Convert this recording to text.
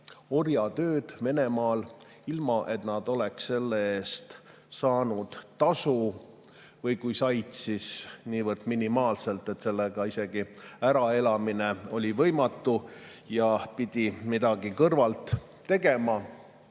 orjatööd Venemaal, ilma et nad oleksid selle eest saanud tasu või kui said, siis niivõrd minimaalselt, et sellega äraelamine oli võimatu ja pidi midagi kõrvalt tegema.